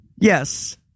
yes